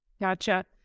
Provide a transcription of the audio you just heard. Gotcha